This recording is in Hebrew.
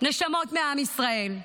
נשמות בעם ישראל.